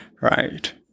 Right